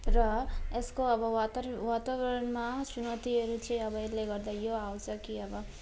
र यसको अब वातावरण वातावरणमा चाहिँ अब यसले गर्दा यो आउँछ कि अब